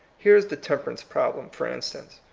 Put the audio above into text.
here is the temperance problem, for in stance.